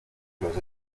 los